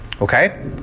Okay